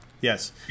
Yes